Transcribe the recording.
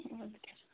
اَدٕ کیٛاہ